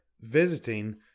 visiting